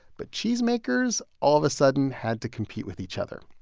but cheesemakers, all of a sudden, had to compete with each other.